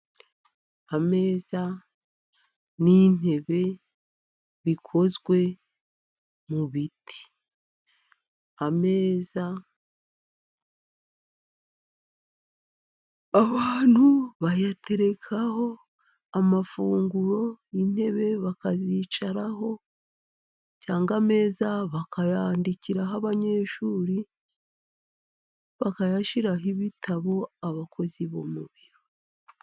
Ameza n'intebe bikozwe mu biti, ameza abantu bayaterekaho amafunguro, intebe bakazicaraho cyangwa ameza bakayandikiraho abanyeshuri, bakayashyiraho ibitabo abakozi bo mu biro.